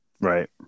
Right